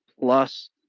plus